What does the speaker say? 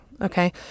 Okay